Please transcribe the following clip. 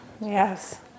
yes